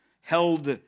held